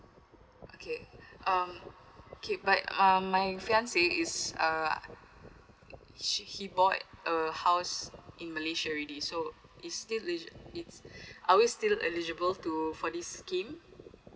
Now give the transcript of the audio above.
okay um okay but um my fiance is uh he he bought a house in malaysia already so it's still el~ it are we still eligible to for this scheme